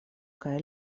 kaj